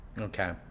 Okay